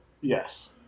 Yes